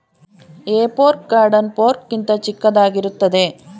ಹೇ fork garden fork ಗಿಂತ ಚಿಕ್ಕದಾಗಿರುತ್ತದೆ